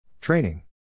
Training